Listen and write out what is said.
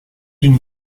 d’une